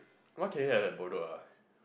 what can we have at Bedok ah